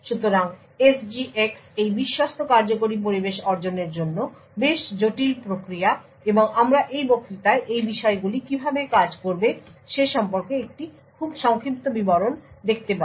সুতরাং SGX এই বিশ্বস্ত কার্যকরী পরিবেশ অর্জনের জন্য বেশ জটিল প্রক্রিয়া এবং আমরা এই বক্তৃতায় এই বিষয়গুলি কীভাবে কাজ করবে সে সম্পর্কে একটি খুব সংক্ষিপ্ত বিবরণ দেখতে পাব